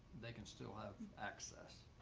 they can still have access.